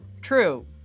True